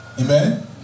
Amen